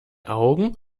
augen